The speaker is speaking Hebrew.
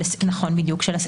אנחנו רוצים לתפוס בסדר.